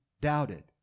doubted